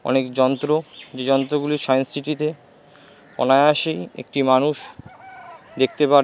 অনেক যন্ত্র যে যন্তগুলো সায়েন্স সিটিতে অনায়াসেই একটি মানুষ দেখতে পারে